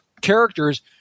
characters